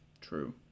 true